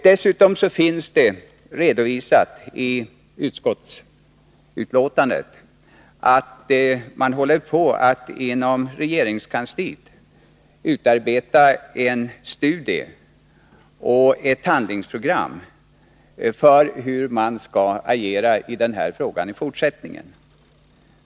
T utskottsbetänkandet redovisas dessutom att man inom regeringskansliet håller på att utarbeta en studie och ett handlingsprogram för hur man skall agera i den här frågan i fortsättningen.